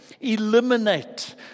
eliminate